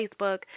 Facebook